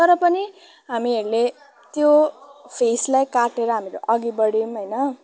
तर पनि हामीहरूले त्यो फेसलाई काटेर हामीले अघि बढ्यौँ होइन